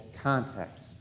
Context